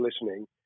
listening